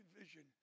vision